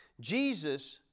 Jesus